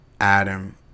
Adam